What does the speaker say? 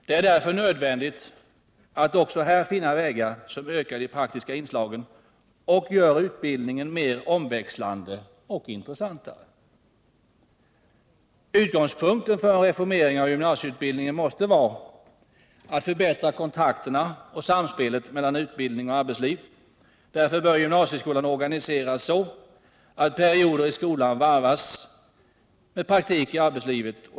Det är därför nödvändigt att också här finna vägar som ökar de praktiska inslagen och gör utbildningen mer omväxlande och intressant. Utgångspunkten vid en reformering av gymnasieutbildningen måste vara att förbättra kontakterna och samspelet mellan utbildning och arbetsliv. Därför bör gymnasieskolan organiseras så att perioder i skolan varvas med praktik i arbetslivet.